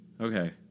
okay